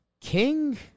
King